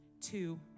two